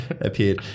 appeared